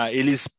eles